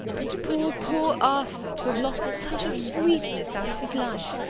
and poor, poor arthur, to have lost such sweetness out of his life!